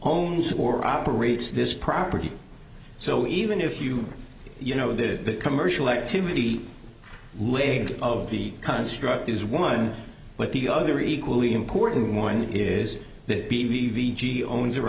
hones or operates this property so even if you you know the commercial activity leg of the construct is one but the other equally important one is that the v g owns or